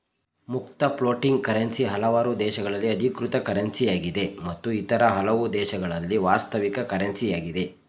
ಮುಕ್ತ floating currency ಹಲವಾರು ದೇಶದಲ್ಲಿ ಅಧಿಕೃತ ಕರೆನ್ಸಿಯಾಗಿದೆ ಮತ್ತು ಇತರ ಹಲವು ದೇಶದಲ್ಲಿ ವಾಸ್ತವಿಕ ಕರೆನ್ಸಿ ಯಾಗಿದೆ